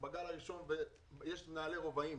באשדוד יש מנהלי רבעים.